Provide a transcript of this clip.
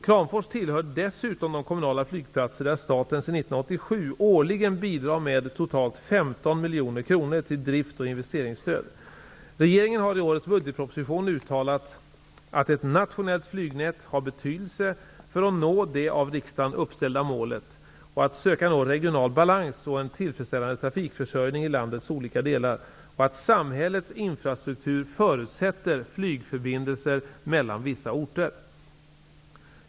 Kramfors tillhör dessutom de kommunala flygplatser där staten sedan 1987 årligen bidrar med totalt ca 15 miljoner kronor till drift och investeringsstöd. Regeringen har i årets budgetproposition uttalat att ett nationellt flygnät har betydelse för att nå det av riksdagen uppställda målet att söka nå regional balans och en tillfredsställande trafikförsörjning i landets olika delar och att samhällets infrastruktur förutsätter flygförbindelser mellan vissa orter.